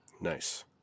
nice